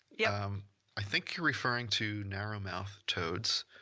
yeah um i think you're referring to narrow-mouthed toads,